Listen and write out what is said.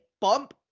bump